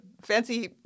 fancy